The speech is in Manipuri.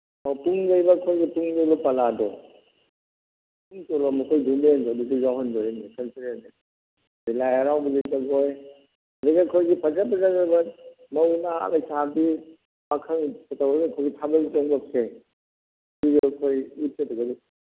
ꯑꯧ ꯄꯨꯡ ꯌꯩꯕ ꯑꯩꯈꯣꯏꯒꯤ ꯄꯨꯡ ꯌꯩꯕ ꯄꯂꯥꯗꯣ ꯄꯨꯡ ꯆꯣꯂꯣꯝ ꯃꯈꯣꯏ ꯌꯥꯎꯍꯟꯗꯣꯏꯅꯤ ꯀꯜꯆꯔꯦꯜꯁꯦ ꯑꯗꯩ ꯂꯥꯏ ꯍꯔꯥꯎꯕꯒꯤ ꯖꯒꯣꯏ ꯑꯗꯒꯤ ꯑꯩꯈꯣꯏꯒꯤ ꯐꯖ ꯐꯖꯈ꯭ꯔꯕ ꯃꯧ ꯅꯍꯥ ꯂꯩꯁꯥꯕꯤ ꯄꯥꯈꯪ ꯑꯩꯈꯣꯏꯒꯤ ꯊꯥꯕꯜ ꯆꯣꯡꯕꯝꯁꯦ ꯁꯤꯁꯨ ꯑꯩꯈꯣꯏ ꯎꯠꯀꯗꯕꯅꯤ